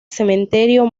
cementerio